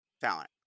talent